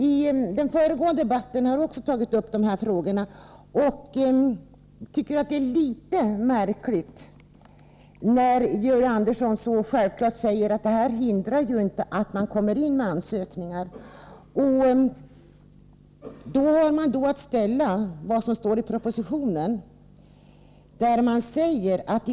I den föregående debatten har de här frågorna också berörts, och jag tycker att det är litet märkligt när Georg Andersson så självklart säger att detta inte hindrar att man kommer in med ansökningar. Då har vi att ställa vad som står i propositionen mot vad utskottet anför.